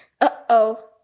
Uh-oh